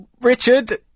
Richard